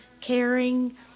caring